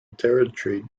territory